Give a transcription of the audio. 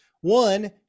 one